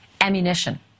ammunition